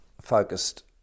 focused